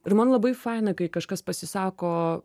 ir man labai faina kai kažkas pasisako